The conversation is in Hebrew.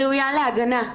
ראויה להגנה".